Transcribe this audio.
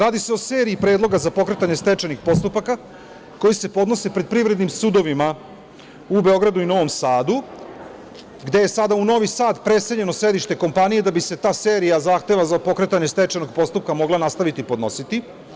Radi se o seriji predloga za pokretanje stečajnih postupaka, koji se podnose pred privrednim sudovima u Beogradu i Novom Sadu, gde je sada u Novi Sad preseljeno sedište kompanije da bi se ta serija zahteva za pokretanje stečajnog postupka mogla nastaviti podnositi.